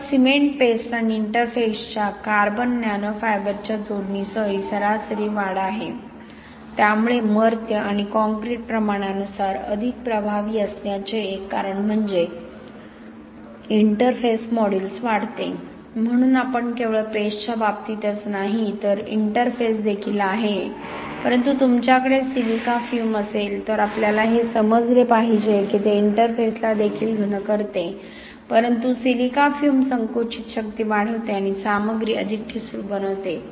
तर cement paste आणि इंटरफेसच्या कार्बन नॅनो फायबरच्या जोडणीसह ही सरासरी वाढ आहे त्यामुळे मर्त्य आणि काँक्रीट प्रमाणानुसार अधिक प्रभावी असण्याचे एक कारण म्हणजे इंटरफेस मॉड्यूलस वाढते म्हणून आपण केवळ पेस्टच्या बाबतीतच नाही तर इंटरफेस देखील आहे परंतु तुमच्याकडे सिलिका फ्यूम असेल तर आपल्याला हे समजले पाहिजे की ते इंटरफेसला देखील घन करते परंतु सिलिका फ्यूम संकुचित शक्ती वाढवते आणि सामग्री अधिक ठिसूळ बनवते